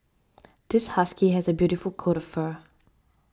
this husky has the beautiful coat of fur